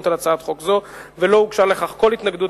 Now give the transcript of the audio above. על הצעת חוק זו ולא הוגשה לכך כל התנגדות,